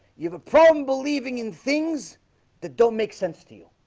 you have a problem believing in things that don't make sense to you